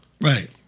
Right